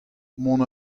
mont